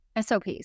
SOPs